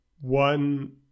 one